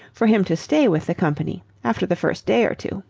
for him to stay with the company after the first day or two